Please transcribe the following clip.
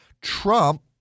Trump